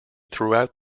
throughout